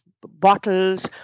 bottles